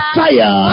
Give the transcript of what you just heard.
fire